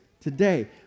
today